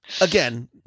Again